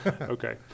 Okay